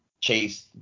chase